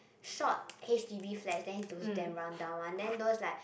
short H_D_B flats then it's those damn run down one then those like